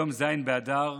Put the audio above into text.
היום ז' באדר,